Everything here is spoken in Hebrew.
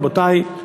רבותי,